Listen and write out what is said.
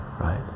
right